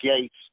Gates